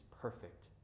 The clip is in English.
perfect